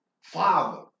father